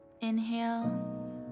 Inhale